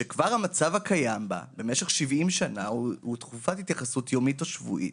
שכבר המצב הקיים בה במשך 70 שנה הוא תקופת התייחסות יומית או שבועית,